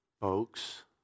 folks